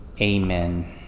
Amen